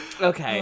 Okay